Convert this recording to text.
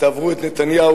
תעברו את נתניהו.